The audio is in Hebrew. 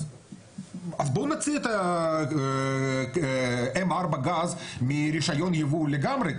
אז בואו נוציא את ה-M4 גז מרישיון ייבוא לגמרי.